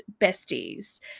besties